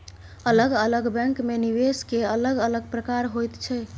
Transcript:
अलग अलग बैंकमे निवेश केर अलग अलग प्रकार होइत छै